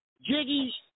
Jiggy